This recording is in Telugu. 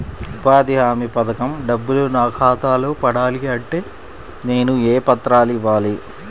ఉపాధి హామీ పథకం డబ్బులు నా ఖాతాలో పడాలి అంటే నేను ఏ పత్రాలు ఇవ్వాలి?